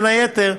בין היתר,